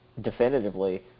Definitively